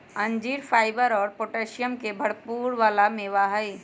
अंजीर फाइबर और पोटैशियम के भरपुर वाला मेवा हई